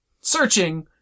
searching